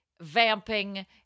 vamping